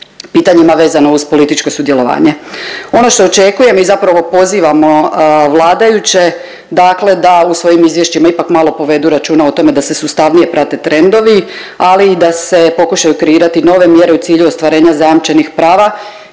pitanjima vezano uz političko sudjelovanje. Ono što očekujem i zapravo pozivamo vladajuće dakle da u svojim izvješćima ipak malo povedu računa o tome da se sustavnije prate trendovi, ali i da se pokušaju kreirati nove mjere u cilju ostvarenja zajamčenih prava